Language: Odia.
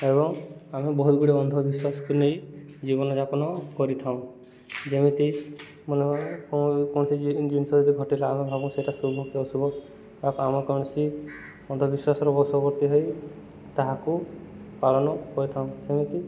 ଏବଂ ଆମେ ବହୁତ ଗୁଡ଼ିଏ ଅନ୍ଧବିଶ୍ୱାସକୁ ନେଇ ଜୀବନଯାପନ କରିଥାଉଁ ଯେମିତି ମାନେ କୌଣସି ଜିନିଷ ଯଦି ଘଟିଲା ଆମେ ଭାବୁ ସେଇଟା ଶୁଭ କି ଅଶୁଭ ବା ଆମ କୌଣସି ଅନ୍ଧବିଶ୍ୱାସର ବଶବର୍ତ୍ତୀ ହୋଇ ତାହାକୁ ପାଳନ କରିଥାଉ ସେମିତି